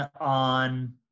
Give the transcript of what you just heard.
on